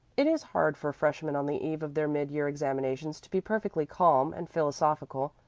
it is hard for freshmen on the eve of their mid-year examinations to be perfectly calm and philosophical.